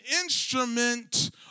instrument